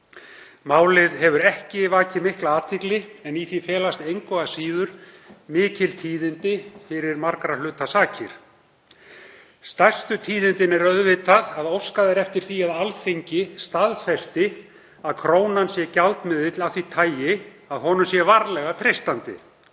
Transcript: Málið hefur ekki vakið mikla athygli en í því felast engu að síður mikil tíðindi fyrir margra hluta sakir. Stærstu tíðindin eru auðvitað að óskað er eftir því að Alþingi staðfesti að krónan sé gjaldmiðill af því tagi að honum sé varlega treystandi.